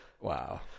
Wow